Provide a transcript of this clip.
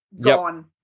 gone